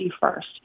first